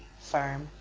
firm